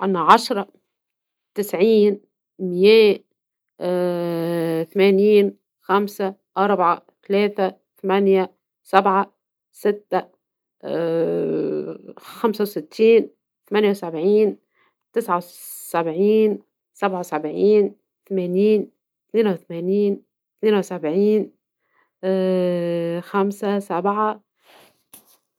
أما عشرة تسعين مية ثمانين خمسة أربعة ثلاثة ثمانية سبعة ستة خمسة وستين ثمانية وسبعين تسعة وسبعين سبعة وسبعين ثمانين اثنين وثمانين اثنين وسبعين خمسة سبعة.